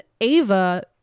ava